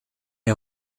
est